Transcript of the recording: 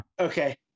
okay